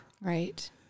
Right